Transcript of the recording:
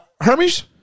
Hermes